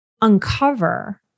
uncover